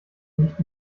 nicht